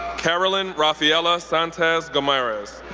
karolyn rafaela santos gomerez,